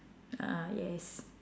ah yes